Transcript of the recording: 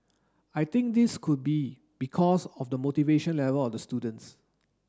I think this could be because of the motivation level of the students